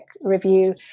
review